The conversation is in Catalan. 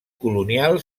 colonial